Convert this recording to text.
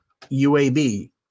UAB